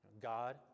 God